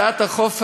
כשהגשתי את ההצעה